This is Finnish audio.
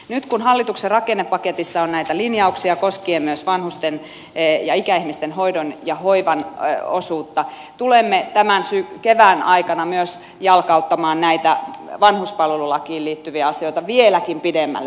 nyt kun hallituksen rakennepaketissa on näitä linjauksia koskien myös vanhusten ja ikäihmisten hoidon ja hoivan osuutta tulemme tämän kevään aikana myös jalkauttamaan näitä vanhuspalvelulakiin liittyviä asioita vieläkin pidemmälle